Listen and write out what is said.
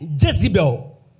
Jezebel